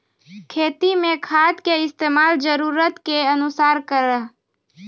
खेती मे खाद के इस्तेमाल जरूरत के अनुसार करऽ